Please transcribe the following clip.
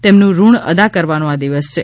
તેમનું ઋણ અદા કરવાનો આ દિવસ છે